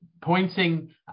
Pointing